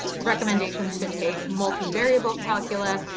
recommendations to take multivariable calculus.